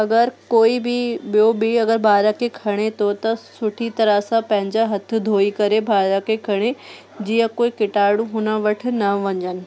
अगरि कोई बि ॿियों बि अगरि ॿार खे खणे थो त सुठी तरह सां पंहिंजा हथ धोई करे ॿार खे खणे जीअं कोई कीटाणु हुन वटि न वञनि